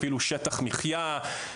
אפילו שטח מחייה,